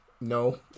No